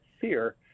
fear